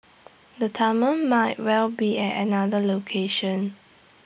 the tunnels might well be at another location